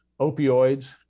opioids